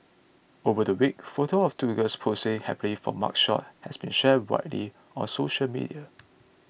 over the weekend photographs of two girls posing happily for mugshots has been shared widely on social media